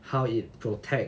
how it protect